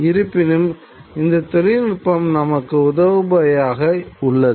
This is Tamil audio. இருப்பினும் இந்த தொழில்நுட்பம் நமக்கு உதவுவையாக உள்ளது